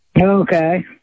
Okay